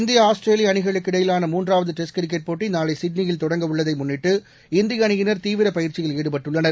India Australia அணிகளுக்கிடையிலான மூன்றாவது test cricket போட்டி நாளை சிட்னியில் தொடங்க உள்ளதை முன்னிட்டு இந்திய அணியினர் தீவிர பயிற்சியில் ஈடுபட்டுள்ளனர்